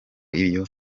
iyo